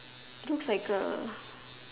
looks like A